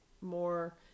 more